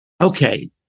Okay